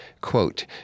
quote